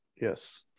Yes